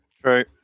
True